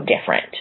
different